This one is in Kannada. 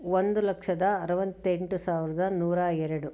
ಒಂದು ಲಕ್ಷದ ಅರವತ್ತೆಂಟು ಸಾವಿರದ ನೂರ ಎರಡು